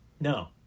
No